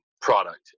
product